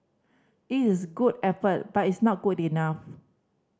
it is good effort but it's not good enough